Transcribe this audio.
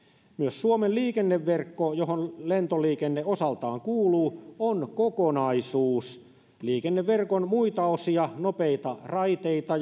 suomen liikenneverkko johon lentoliikenne osaltaan kuuluu on kokonaisuus liikenneverkon muita osia nopeita raiteita